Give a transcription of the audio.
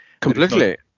Completely